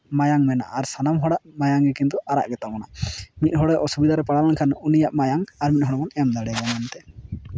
ᱢᱟᱭᱟᱢ ᱢᱮᱱᱟᱜᱼᱟ ᱟᱨ ᱥᱟᱱᱟᱢ ᱦᱚᱲᱟᱜ ᱢᱟᱭᱟᱢ ᱜᱮ ᱠᱤᱱᱛᱩ ᱟᱨᱟᱜ ᱜᱮᱛᱟᱵᱚᱱᱟ ᱢᱤᱫ ᱦᱚᱲ ᱚᱥᱩᱵᱤᱫᱟ ᱨᱮᱭ ᱯᱟᱲᱟᱣ ᱞᱮᱱᱠᱷᱟᱱ ᱩᱱᱤᱭᱟᱜ ᱢᱟᱭᱟᱢ ᱟᱨ ᱢᱤᱫ ᱦᱚᱲ ᱵᱚᱱ ᱮᱢ ᱫᱟᱲᱮᱣᱟᱭᱟ ᱢᱮᱱᱛᱮ